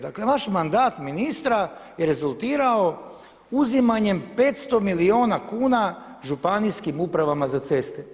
Dakle vaš mandat ministra je rezultirao uzimanjem 500 milijuna kuna Županijskim upravama za ceste.